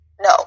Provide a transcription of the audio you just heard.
No